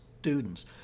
students